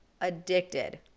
addicted